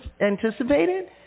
anticipated